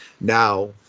now